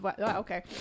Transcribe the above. Okay